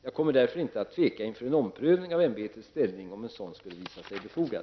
Jag kommer därför inte att tveka inför en omprövning av ämbetets ställning om en sådan skulle visa sig befogad.